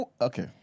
Okay